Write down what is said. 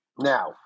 Now